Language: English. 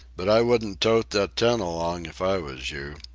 but i wouldn't tote that tent along if i was you.